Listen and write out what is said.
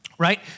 right